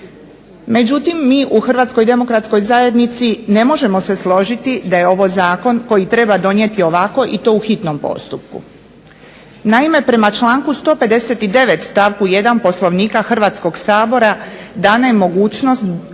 Međutim, mi u HDZ ne možemo se složiti da je ovo zakon koji treba donijeti ovako i to u hitnom postupku. Naime, prema članku 159. stavku 1. Poslovnika Hrvatskog sabora dana je mogućnost